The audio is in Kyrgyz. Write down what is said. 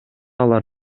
алар